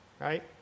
right